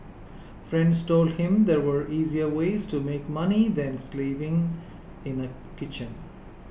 friends told him there were easier ways to make money than slaving in a kitchen